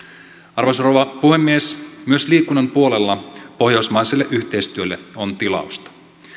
arvoisa rouva puhemies myös liikunnan puolella pohjoismaiselle yhteistyölle on ti lausta